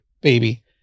baby